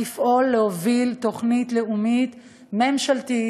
לפעול להוביל תוכנית לאומית ממשלתית,